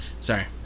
Sorry